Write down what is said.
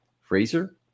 Fraser